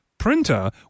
printer